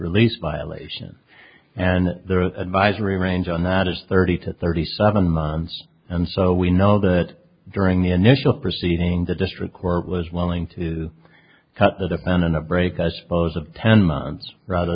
release violation and there are advisory range on that is thirty to thirty seven months and so we know that during the initial proceedings the district court was willing to cut the defendant a break i suppose of ten months rather